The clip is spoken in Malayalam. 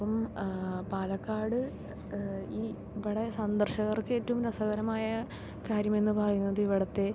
അപ്പം പാലക്കാട് ഇ ഇവിടെ സന്ദർശകർക്ക് ഏറ്റവും രസകരമായ കാര്യമെന്ന് പറയുന്നത് ഇവിടുത്തെ